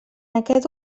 aquest